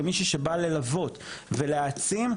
כמישהי שבאה ללוות ולהעצים,